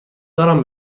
دارم